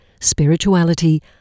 spirituality